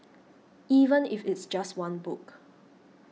even if it's just one book